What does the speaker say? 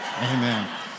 Amen